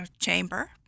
chamber